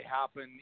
happen